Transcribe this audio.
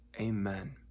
Amen